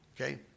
okay